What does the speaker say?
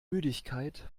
müdigkeit